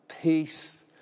peace